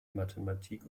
mathematik